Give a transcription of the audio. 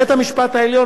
בית-המשפט העליון,